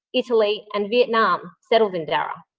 italy and vietnam settled in darra.